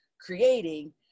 creating